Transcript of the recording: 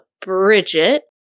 Bridget